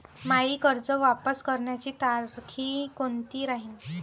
मायी कर्ज वापस करण्याची तारखी कोनती राहीन?